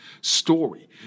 story